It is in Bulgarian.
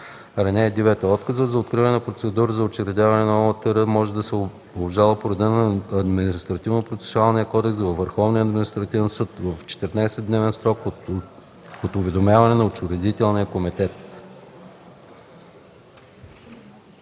срок. (9) Отказът за откриване на процедура за учредяване на ОУТР може да се обжалва по реда на Административнопроцесуалния кодекс пред Върховния административен съд в 14-дневен срок от уведомяването на учредителния комитет.”